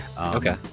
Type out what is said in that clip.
Okay